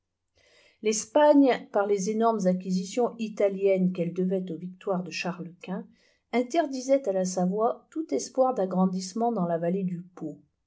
l'espagne par les énormes acquisitions italiennes qu'elle devait aux victoires de charles-quint interdisait à la savoie tout espoir d'agrandissement dans la vallée du fo